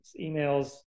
emails